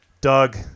Doug